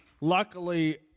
luckily –